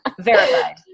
Verified